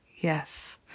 yes